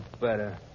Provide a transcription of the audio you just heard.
better